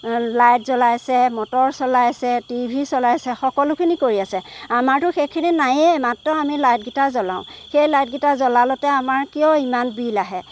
light জ্বলাইছে motor চলাইছে TV চলাইছে সকলোখিনি কৰি আছে আমাৰতো সেইখিনি নাইয়ে মাত্ৰ আমি লাইটকেইটা জ্বলাওঁ সেই লাইটকেইটা জ্বলালতে আমাৰ কিয় ইমান বিল আহে